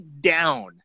down